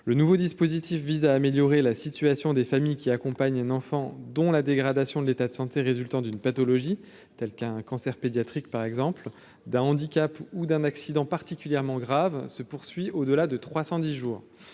le nouveau dispositif vise à améliorer la situation des familles qui accompagnent un enfant dont la dégradation de l'état de santé résultant d'une pathologie telle qu'un cancer pédiatrique, par exemple, d'un handicap ou d'un accident particulièrement grave se poursuit au-delà de 310 jours,